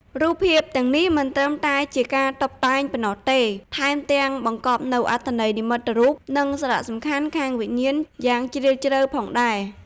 រូបភាពទាំងនេះមិនត្រឹមតែជាការតុបតែងប៉ុណ្ណោះទេ ថែមទាំងបង្កប់នូវអត្ថន័យនិមិត្តរូប និងសារៈសំខាន់ខាងវិញ្ញាណយ៉ាងជ្រាលជ្រៅផងដែរ។